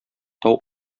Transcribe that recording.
тау